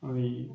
అవి